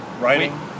writing